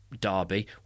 Derby